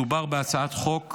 מדובר בהצעת חוק שתוסיף,